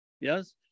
Yes